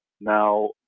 now